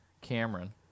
Cameron